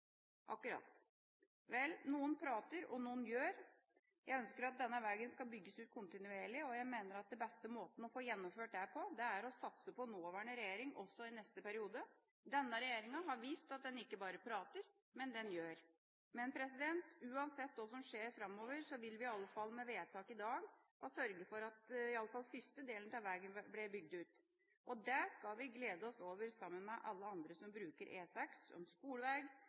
Vel, noen prater, og noen gjør. Jeg ønsker at denne veien skal bygges ut kontinuerlig, og jeg mener at den beste måten å få gjennomført det på, er å satse på nåværende regjering også i neste periode. Denne regjeringa har vist at den ikke bare prater, men den gjør. Men uansett hva som skjer framover, vil vi i alle fall med vedtaket i dag ha sørget for at i alle fall første del av veien blir bygd ut. Det skal vi glede oss over, sammen med alle andre som bruker